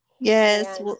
Yes